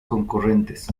concurrentes